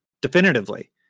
definitively